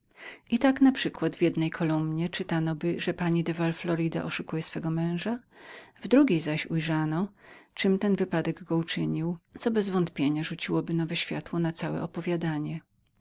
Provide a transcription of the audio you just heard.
i tak naprzykład w jednej kolumnie czytanoby że pani de val florida oszukuje swego męża w drugiej zaś ujrzanoby czem ten wypadek go uczynił co bezwątpienia rzuciłoby wielkie światło na całe opowiadanie